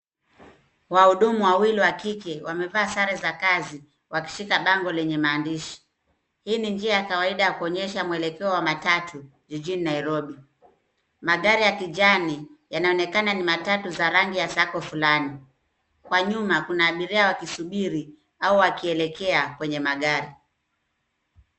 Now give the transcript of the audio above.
Wahudumu wawili wa kike wamevaa sare za kazi, wakishika bango lenye maandishi. Hii ni njia ya kawaida ya kuonyesha mwelekeo wa matatu jijini Nairobi. Magari ya kijani, yanaonkana ni matatu za rangi ya sacco fulani. Kwa nyuma kuna abiria wakisubiri au wakielekea kwenye magari.